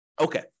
Okay